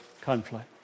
conflict